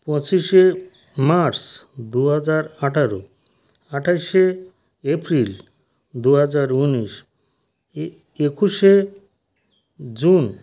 পঁচিশে মার্চ দু হাজার আঠারো আঠাশে এপ্রিল দু হাজার উনিশ একুশে জুন